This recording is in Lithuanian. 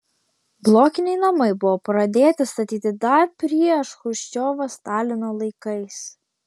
blokiniai namai buvo pradėti statyti dar prieš chruščiovą stalino laikais